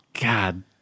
god